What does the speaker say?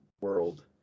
world